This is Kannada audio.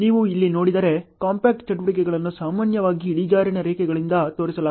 ನೀವು ಇಲ್ಲಿ ನೋಡಿದರೆ ಕಾಂಪ್ಯಾಕ್ಟ್ ಚಟುವಟಿಕೆಗಳನ್ನು ಸಾಮಾನ್ಯವಾಗಿ ಇಳಿಜಾರಿನ ರೇಖೆಗಳಿಂದ ತೋರಿಸಲಾಗುತ್ತದೆ